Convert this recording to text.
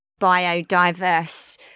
biodiverse